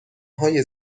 های